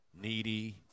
Needy